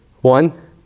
one